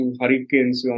hurricanes